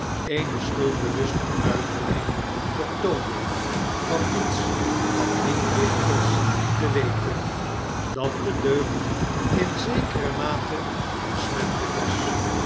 eene schuldbewuste uitdrukking vertoonden van niets van die dichters te weten dat de deugd in zekere mate besmetteln'k was